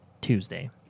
Tuesday